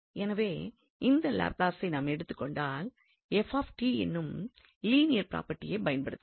எனவே இந்த லாப்லஸை நாம் எடுத்துக் கொண்டால் என்னும் லீனியர் ப்ராப்பர்ட்டியைப் பயன்படுத்தலாம்